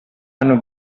hanno